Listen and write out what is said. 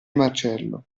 marcello